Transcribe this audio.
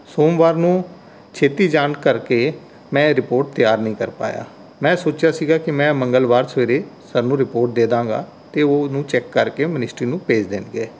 ਸੋਮਵਾਰ ਨੂੰ ਛੇਤੀ ਜਾਣ ਕਰਕੇ ਮੈਂ ਇਹ ਰਿਪੋਰਟ ਤਿਆਰ ਨਹੀਂ ਕਰ ਪਾਇਆ ਮੈਂ ਸੋਚਿਆ ਸੀਗਾ ਕਿ ਮੈਂ ਮੰਗਲਵਾਰ ਸਵੇਰੇ ਸਰ ਨੂੰ ਰਿਪੋਰਟ ਦੇ ਦੇਵਾਂਗਾ ਅਤੇ ਉਹ ਉਹਨੂੰ ਚੈੱਕ ਕਰ ਕੇ ਮਨਿਸਟਰੀ ਨੂੰ ਭੇਜ ਦੇਣਗੇ